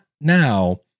now